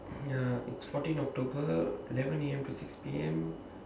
ya it's fourteen october eleven A_M to six P_M